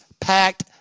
packed